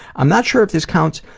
i'm not sure if this counts,